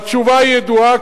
התשובה ידועה,